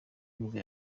nibwo